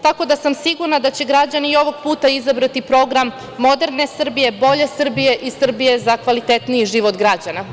Tako da sam sigurna da će građani ovog puta izabrati program moderne Srbije, bolje Srbije i Srbije za kvalitetniji život građana.